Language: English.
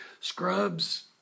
Scrubs